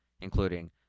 including